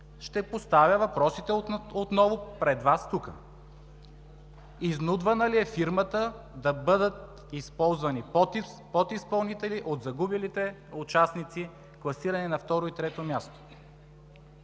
Ще поставя въпросите отново пред Вас тук: изнудвана ли е фирмата да бъдат използвани подизпълнители от загубилите участници, класирани на второ и трето място?